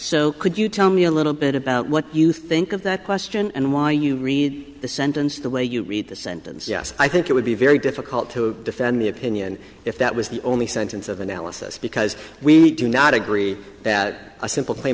so could you tell me a little bit about what you think of that question and why you read the sentence the way you read the sentence yes i think it would be very difficult to defend the opinion if that was the only sentence of analysis because we do not agree that a simple claim